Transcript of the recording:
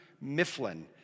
Mifflin